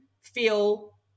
feel